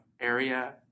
area